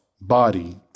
body